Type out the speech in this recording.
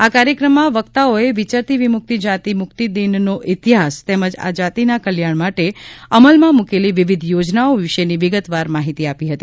આ કાર્યક્રમમાં વક્તાઓએ વિચરતી વિમુક્તિ જાતિ મુક્તિ દિનની ઇતિહાસ તેમજ આ જાતિના કલ્યાણ માટે અમલમાં મૂકેલી વિવિધ યોજનાઓ વિશેની વિગતવાર માહિતી આપી હતી